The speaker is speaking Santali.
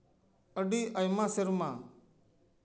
ᱟᱹᱰᱤ ᱟᱭᱢᱟ ᱥᱮᱨᱢᱟ